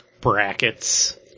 brackets